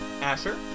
asher